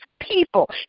people